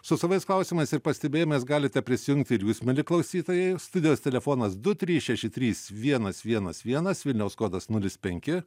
su savais klausimais ir pastebėjimais galite prisijungti ir jūs mieli klausytojai studijos telefonas du trys šeši trys vienas vienas vienas vilniaus kodas nulis penki